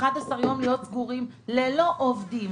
11 ימים להיות סגורים ללא עובדים,